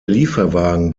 lieferwagen